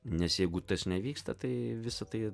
nes jeigu tas nevyksta tai visa tai